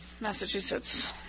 Massachusetts